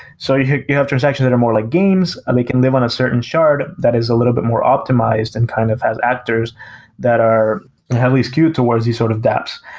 so you you have transactions that are more like games. and they can live on a certain shard that is a little bit more optimized and kind of as actors that are heavily skewed towards these sort of daps,